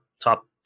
top